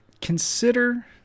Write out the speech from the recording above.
consider